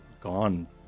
gone